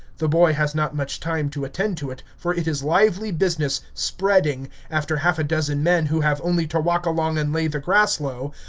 the boy has not much time to attend to it, for it is lively business spreading after half a dozen men who have only to walk along and lay the grass low,